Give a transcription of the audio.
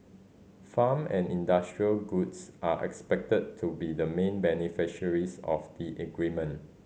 farm and industrial goods are expected to be the main beneficiaries of the agreement